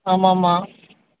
ஆமாமாம்